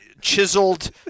chiseled